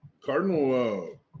Cardinal